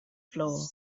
floor